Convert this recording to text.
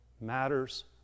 matters